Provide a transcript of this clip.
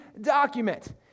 document